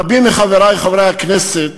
רבים מחברי חברי הכנסת